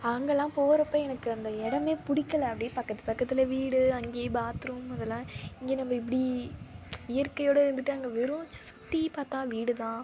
அங்கெல்லாம் போறப்போ எனக்கு அந்த இடமே பிடிக்கல அப்படியே பக்கத்து பக்கத்தில் வீடு அங்கையே பாத்ரூம் இதெல்லாம் இங்கே நம்ம எப்படி இயற்கையோடு இருந்துவிட்டு அங்கே வெறும் சுற்றி பார்த்தா வீடு தான்